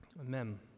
Amen